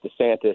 DeSantis